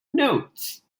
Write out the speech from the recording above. notes